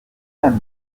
même